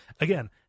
Again